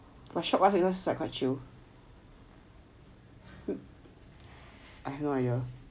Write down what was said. !wah! shiok ah signals like quite chill